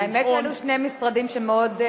האמת היא שאלו שני משרדים שמאוד קשורים לעניין הזה.